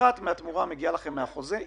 יופחת מהתמורה המגיעה לכם מהחוזה,